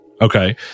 Okay